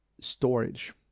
storage